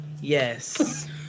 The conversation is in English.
Yes